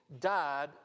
died